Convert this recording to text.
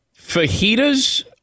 Fajitas